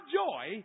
joy